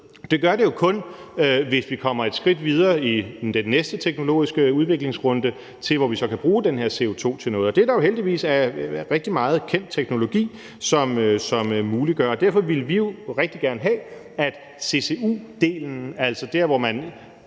Det gør det kun, hvis vi kommer et skridt videre i den næste teknologiske udviklingsrunde, hvor vi så kan bruge den her CO2 til noget. Det er der heldigvis ved at være rigtig meget kendt teknologi som muliggør. Derfor ville vi rigtig gerne have, at CCU-delen, altså der, hvor man